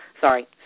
sorry